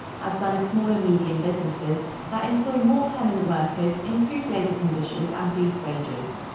as well as small and medium businesses that employ more permanent workers, improve labor conditions and boost wages.